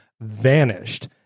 vanished